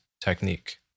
technique